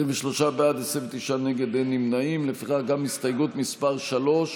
מאיר כהן, עפר שלח,